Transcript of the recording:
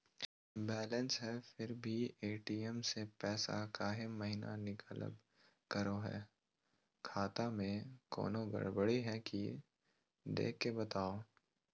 Balance है फिर भी भी ए.टी.एम से पैसा काहे महिना निकलब करो है, खाता में कोनो गड़बड़ी है की देख के बताहों?